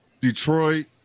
Detroit